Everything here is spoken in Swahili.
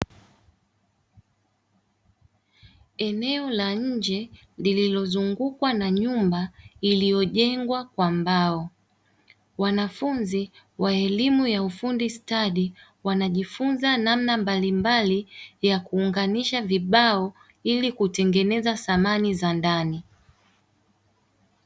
Eneo la nje lililozungukwa na nyumba iliyojengwa kwa mbao, wanafunzi wa elimu ya ufundi stadi wanajifunza namna mbalimbali ya kuunganisha vibao ili kutengeneza samani za ndani.